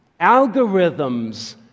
Algorithms